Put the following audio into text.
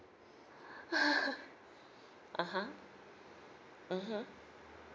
(uh huh) mmhmm